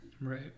Right